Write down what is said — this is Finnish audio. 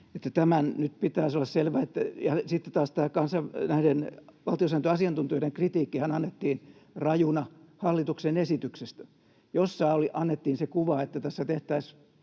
Tämän nyt pitäisi olla selvä. Ja sitten taas kun tämä näiden valtiosääntöasiantuntijoiden kritiikkihän annettiin rajuna hallituksen esityksestä, niin annettiin se kuva, että tässä tehtäisiin